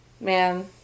Man